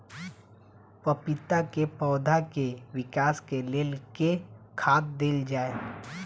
पपीता केँ पौधा केँ विकास केँ लेल केँ खाद देल जाए?